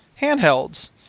handhelds